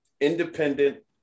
independent